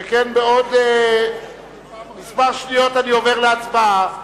שכן בעוד כמה שניות אני עובר להצבעה.